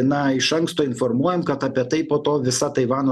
na iš anksto informuojam kad apie tai po to visa taivano